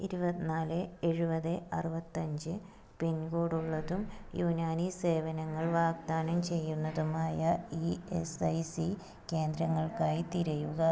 ഇരുപത്തിനാല് എഴുപത് അറുപത്തഞ്ച് പിൻകോഡ് ഉള്ളതും യുനാനി സേവനങ്ങൾ വാഗ്ദാനം ചെയ്യുന്നതുമായ ഇ എസ് ഐ സി കേന്ദ്രങ്ങൾക്കായി തിരയുക